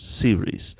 series